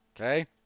Okay